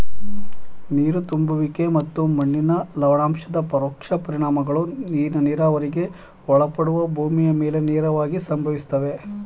ನೀರು ತುಂಬುವಿಕೆ ಮತ್ತು ಮಣ್ಣಿನ ಲವಣಾಂಶದ ಪರೋಕ್ಷ ಪರಿಣಾಮಗಳು ನೀರಾವರಿಗೆ ಒಳಪಡುವ ಭೂಮಿಯ ಮೇಲೆ ನೇರವಾಗಿ ಸಂಭವಿಸ್ತವೆ